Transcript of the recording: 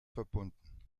verbunden